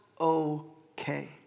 okay